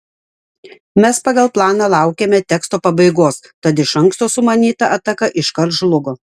mes pagal planą laukėme teksto pabaigos tad iš anksto sumanyta ataka iškart žlugo